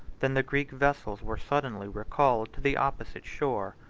than the greek vessels were suddenly recalled to the opposite shore.